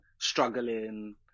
struggling